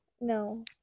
no